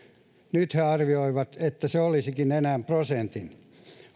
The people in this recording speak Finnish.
he arvioivat että se olisikin enää prosentin